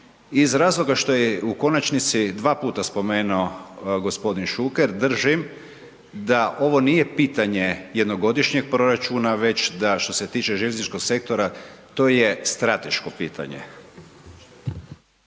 iz razloga što je u konačnici dva puta spomenuo g. Šuker držim da ovo nije pitanje jednogodišnjeg proračuna, već da, što se tiče željezničkog sektora, to je strateško pitanje.